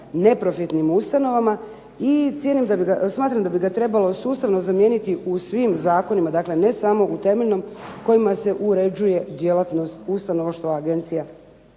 neprofitnim ustanovama i smatram da bi ga trebalo sustavno zamijeniti u svim zakonima, dakle ne samo u temeljnom kojima se uređuje djelatnost ustanova što ova agencija